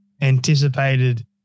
anticipated